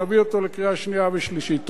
ונביא אותו לקריאה שנייה ושלישית.